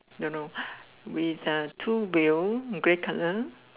don't know with a two wheel grey colour